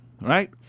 right